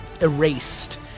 erased